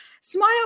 smile